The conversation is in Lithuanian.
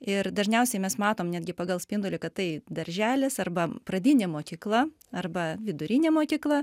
ir dažniausiai mes matom netgi pagal spindulį kad tai darželis arba pradinė mokykla arba vidurinė mokykla